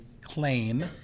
claim